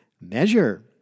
measure